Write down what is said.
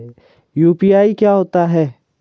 UPI क्या होता है?